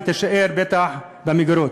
והיא תישאר בטח במגירות.